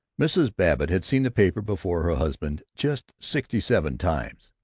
mrs. babbitt had seen the paper before her husband just sixty-seven times.